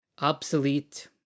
obsolete